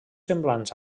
semblants